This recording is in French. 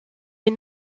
est